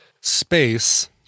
space